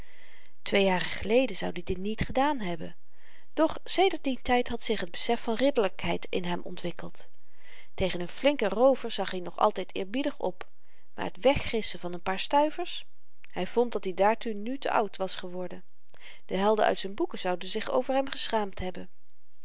twee jaren geleden zoud i dit niet gedaan hebben doch sedert dien tyd had zich t besef van ridderlykheid in hem ontwikkeld tegen n flinken roover zag i nog altyd eerbiedig op maar t weg grissen van n paar stuivers hy vond dat-i daartoe nu te groot was geworden de helden uit z'n boeken zouden zich over hem geschaamd hebben